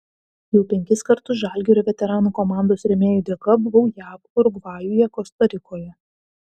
jau penkis kartus žalgirio veteranų komandos rėmėjų dėka buvau jav urugvajuje kosta rikoje